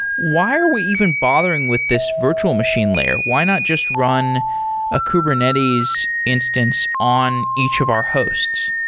why are we even bothering with this virtual machine layer? why not just run a kubernetes instance on each of our hosts?